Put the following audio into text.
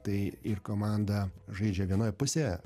tai ir komanda žaidžia vienoje pusėje